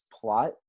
plot